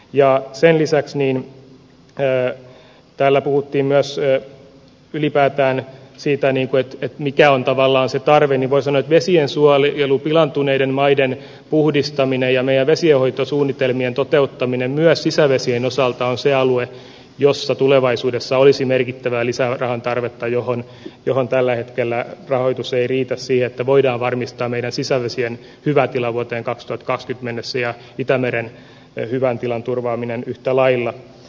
ja sen lisäksi niin te täällä puhuttiin myös se ylipäätään siitä niin kuin mikä on tavallaan se tarve nivoiselle vesiensuojelu pilaantuneiden maiden uudistaminen ja meidän sijoitussuunnitelmien toteuttaminen myös sisävesien osalta on se alue jossa tulevaisuudessa olisi merkittävää lisärahan tarvetta johon on tällä hetkellä rahoitus ei riitä sieltä voidaan varmistaa meidän sisävesien hyvä tila vuoteen kaks tarkasti mennessä ja itämeren ja hyvän tilan turvaaminen yhtä lailla